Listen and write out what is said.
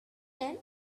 then